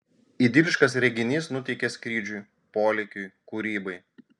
idiliškas reginys nuteikia skrydžiui polėkiui kūrybai